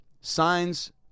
Signs